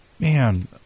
Man